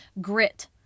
grit